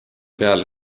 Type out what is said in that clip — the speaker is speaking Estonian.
peale